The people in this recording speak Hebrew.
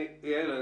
יעל,